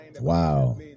Wow